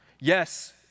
Yes